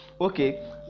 Okay